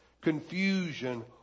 confusion